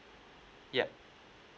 yup